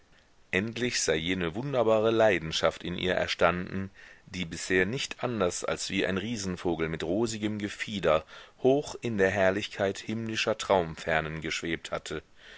endlich sei jene wunderbare leidenschaft in ihr erstanden die bisher nicht anders als wie ein riesenvogel mit rosigem gefieder hoch in der herrlichkeit himmlischer traumfernen geschwebt hatte